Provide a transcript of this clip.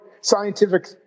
scientific